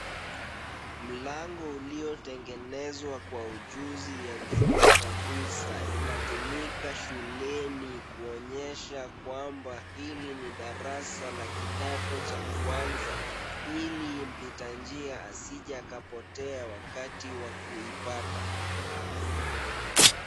Mlango uliotengenezwa kwa ujuzi ya juu kabisa, inatumika shuleni kuonyesha kwamba hili ni darasa la kidato cha kwanza ,ili mpita njia asije akapotea wakati wa kuipata .